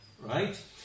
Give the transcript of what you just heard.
Right